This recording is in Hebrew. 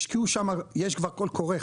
יש כבר קול קורא,